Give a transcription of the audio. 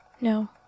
no